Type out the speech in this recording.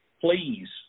please